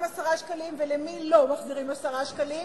10 שקלים ולמי לא מחזירים 10 שקלים,